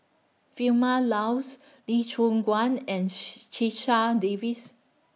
Vilma Laus Lee Choon Guan and Checha Davies